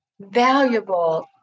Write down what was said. valuable